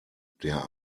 der